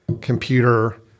computer